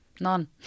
None